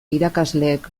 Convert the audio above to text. irakasleek